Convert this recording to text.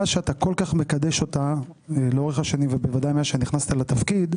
שאתה כה מקדש אותה לאורך השנים ובוודאי מאז שנכנסת לתפקיד,